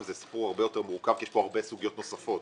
זה סיפור הרבה יותר מורכב כי יש פה הרבה סוגיות נוספות.